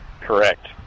Correct